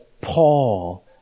Paul